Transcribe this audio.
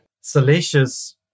salacious